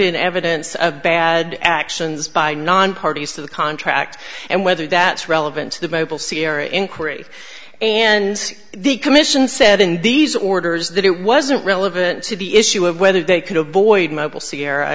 in evidence of bad actions by non parties to the contract and whether that's relevant to the bible sierra inquiry and the commission said in these orders that it wasn't relevant to the issue of whether they could avoid mobile sierra